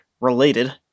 related